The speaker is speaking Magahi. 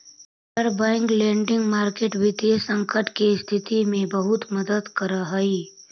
इंटरबैंक लेंडिंग मार्केट वित्तीय संकट के स्थिति में बहुत मदद करऽ हइ